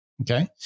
Okay